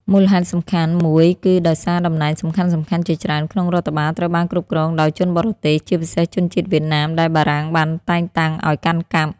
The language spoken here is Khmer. មូលហេតុសំខាន់មួយគឺដោយសារតំណែងសំខាន់ៗជាច្រើនក្នុងរដ្ឋបាលត្រូវបានគ្រប់គ្រងដោយជនបរទេស ជាពិសេសជនជាតិវៀតណាម ដែលបារាំងបានតែងតាំងឱ្យកាន់កាប់។